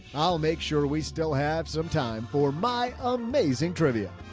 i'll make sure we still have some time for my amazing trivia.